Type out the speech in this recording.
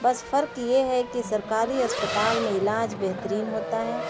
بس فرق یہ ہے کہ سرکاری اسپتال میں علاج بہترین ہوتا ہے